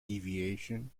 deviation